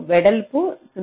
32 micrometer